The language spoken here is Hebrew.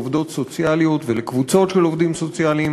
ועובדות סוציאליות ולקבוצות של עובדים סוציאליים